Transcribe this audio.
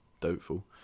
doubtful